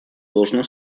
должно